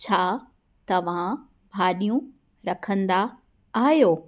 छा तव्हां भाजि॒यूं रखंदा आहियो